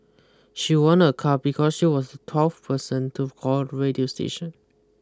she won a car because she was the twelfth person to call the radio station